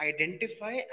identify